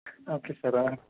okay sir